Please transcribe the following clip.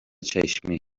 چشمی